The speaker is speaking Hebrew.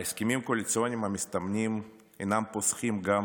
ההסכמים הקואליציוניים המסתמנים אינם פוסחים גם